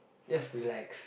just relax